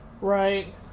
Right